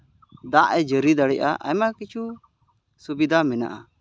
ᱫᱟᱜ ᱮ ᱡᱟᱹᱲᱤ ᱫᱟᱲᱮᱭᱟᱜ ᱟᱭᱢᱟ ᱠᱤᱪᱷᱩ ᱥᱩᱵᱤᱫᱟ ᱢᱮᱱᱟᱜᱼᱟ